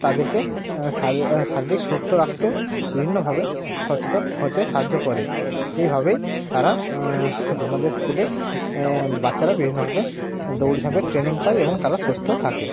তাদেরকে শারীর শারীরিক সুস্থ রাখতেও বিভিন্নভাবে সচেতন হতে সাহায্য করে এইভাবেই তারা আমাদের স্কুলে বাচ্চারা বিভিন্নভাবে দৌড় ঝাঁপের ট্রেনিং পায় এবং তারা সুস্থ থাকে